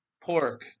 pork